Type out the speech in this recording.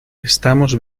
estamos